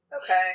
Okay